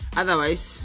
otherwise